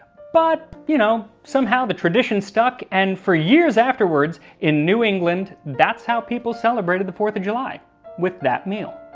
but you know somehow the tradition stuck and for years afterwards in new england that's how people celebrated the fourth of july with that meal.